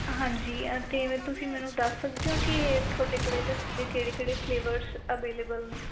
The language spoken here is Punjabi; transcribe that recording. ਹਾਂਜੀ ਅਤੇ ਤੁਸੀਂ ਮੈਨੂੰ ਦੱਸ ਸਕਦੇ ਹੋ ਕਿ ਤੁਹਾਡੇ ਕੋਲ ਲੱਸੀ ਦੇ ਕਿਹੜੇ ਕਿਹੜੇ ਫਲੇਵਰ ਅਵੇਲੇਬਲ ਨੇ